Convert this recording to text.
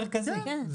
חנייה,